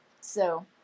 so-